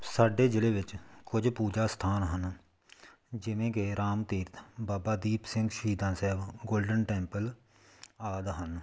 ਸਾਡੇ ਜਿਲ੍ਹੇ ਵਿੱਚ ਕੁਝ ਪੂਜਾ ਸਥਾਨ ਹਨ ਜਿਵੇਂ ਕਿ ਰਾਮ ਤੀਰਥ ਬਾਬਾ ਦੀਪ ਸਿੰਘ ਸ਼ਹੀਦਾਂ ਸਾਹਿਬ ਗੋਲਡਨ ਟੈਂਪਲ ਆਦਿ ਹਨ